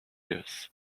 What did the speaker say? years